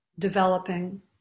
developing